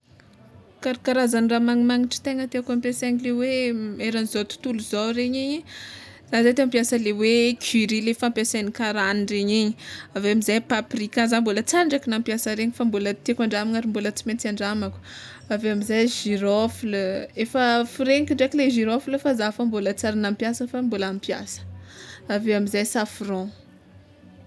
Karakarazandraha magnimagnitry tegna tiàko ampiasaigny le hoe eran'izao tontolo zao regny, za zay te hampiasa le hoe curry le fampiasan'ny karana regny, aveo amizay paprika za mbola tsy ary indraiky nampiasa regny fa tiàko andramana ary mbola tsy maintsy andramako, aveo amizay girofle efa firegniko ndraiky le girofle fa zah fô mbola tsy ary nampiasa fa mbola ampiasa aveo amizay safran.